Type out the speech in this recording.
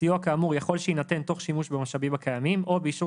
סיוע כאמור יכול שיינתן תוך שימוש במשאבים הקיימים או באישור